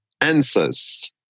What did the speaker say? answers